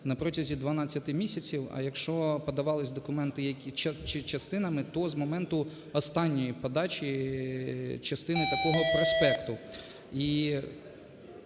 протязі 12 місяців, а якщо подавались документи частинами, то з моменту останньої подачі частини такого проспекту.